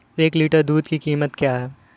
एक लीटर दूध की कीमत क्या है?